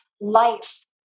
life